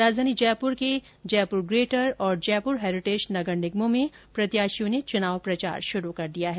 राजधानी जयपुर के जयपुर प्रेटर तथा जयपुर हैरिटेज नगर निगमों में प्रत्याशियों ने चुनाव प्रचार शुरू कर दिया है